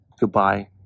Goodbye